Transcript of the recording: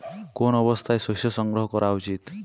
কোন অবস্থায় শস্য সংগ্রহ করা উচিৎ?